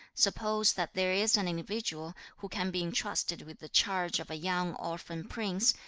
suppose that there is an individual who can be entrusted with the charge of a young orphan prince,